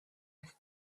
have